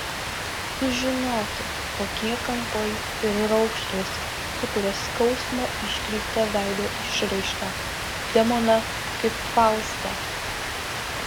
sužinoti kokie kampai ir raukšlės sukuria skausmo iškreiptą veido išraišką demoną kaip fauste